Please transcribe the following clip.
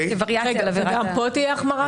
גם כאן תהיה החמרת